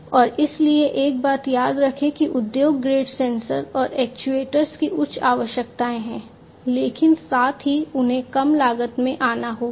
और इसलिए एक बात याद रखें कि उद्योग ग्रेड सेंसर और एक्चुएटर्स की उच्च आवश्यकताएं हैं लेकिन साथ ही उन्हें कम लागत में आना होगा